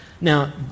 Now